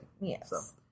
Yes